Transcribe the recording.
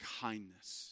kindness